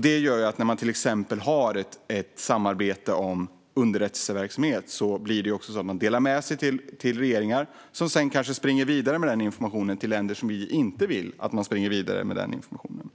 Detta gör att när man till exempel har ett samarbete om underrättelseverksamhet blir det så att man delar med sig till regeringar som sedan kanske springer vidare med informationen till länder som vi inte vill att man ska springa vidare med information till.